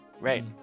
right